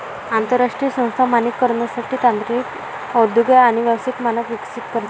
आंतरराष्ट्रीय संस्था मानकीकरणासाठी तांत्रिक औद्योगिक आणि व्यावसायिक मानक विकसित करते